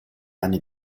anni